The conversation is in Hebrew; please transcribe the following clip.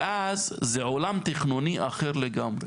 ואז זה עולם תכנוני אחר לגמרי.